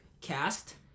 cast